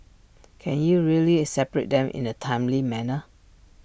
can you really separate them in A timely manner